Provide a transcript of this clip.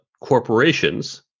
corporations